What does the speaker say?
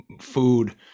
food